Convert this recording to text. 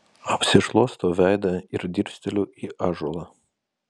apsišluostau veidą ir dirsteliu į ąžuolą